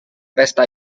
pesta